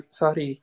sorry